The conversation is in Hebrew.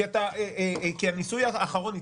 כי הניסוי האחרון הצליח,